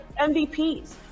MVPs